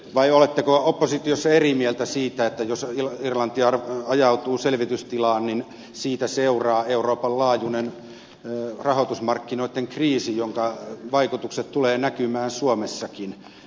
vai oletteko oppositiossa eri mieltä siitä että jos irlanti ajautuu selvitystilaan siitä seuraa euroopan laajuinen rahoitusmarkkinoitten kriisi jonka vaikutukset tulevat näkymään suomessakin